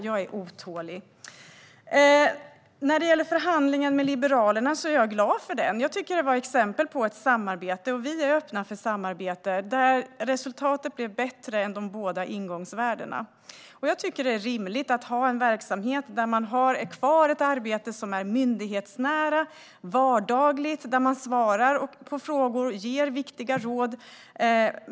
Jag är otålig. När det gäller förhandlingen med Liberalerna är jag glad för den. Jag tycker att det är ett exempel på ett samarbete - vi är öppna för samarbete - där resultatet blev bättre än de båda ingångsvärdena. Jag tycker att det är rimligt att ha en verksamhet där man har kvar ett arbete som är myndighetsnära och vardagligt, där man svarar på frågor och ger viktiga råd.